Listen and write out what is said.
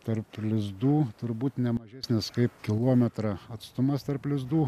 tarp lizdų turbūt ne mažesnis kaip kilometrą atstumas tarp lizdų